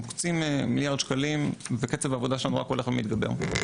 מוקצים מיליארד שקלים וקצב העבודה שלנו רק הולך ומתגבר.